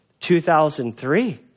2003